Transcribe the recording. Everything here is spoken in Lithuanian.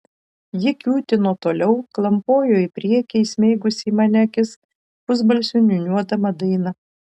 ji kiūtino toliau klampojo į priekį įsmeigusi į mane akis pusbalsiu niūniuodama dainą